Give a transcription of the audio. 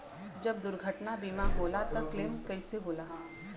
जब दुर्घटना बीमा होला त क्लेम कईसे होला?